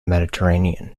mediterranean